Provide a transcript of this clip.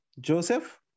Joseph